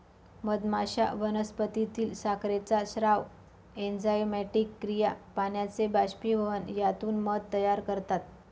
मधमाश्या वनस्पतीतील साखरेचा स्राव, एन्झाइमॅटिक क्रिया, पाण्याचे बाष्पीभवन यातून मध तयार करतात